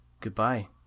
Goodbye